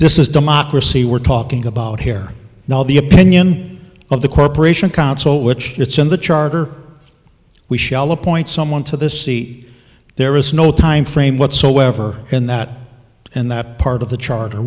this is democracy we're talking about here now the opinion of the corporation council which it's in the charter we shall appoint someone to the sea there is no time frame whatsoever in that and that part of the charter